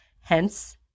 hence